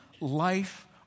life